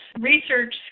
research